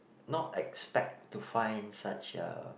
not expect to find such a